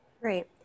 Great